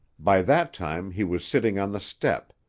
by that time he was sitting on the step,